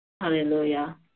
Hallelujah